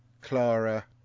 Clara